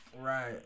Right